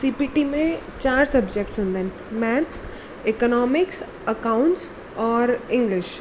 CPT में चारि subjects हूंदा आहिनि मैथस इकनॉमिक्स अकाउंट्स और इंग्लिश